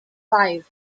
five